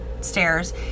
stairs